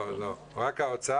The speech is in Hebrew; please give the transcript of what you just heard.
לא, לא, רק האוצר.